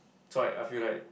so like I feel like